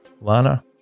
Lana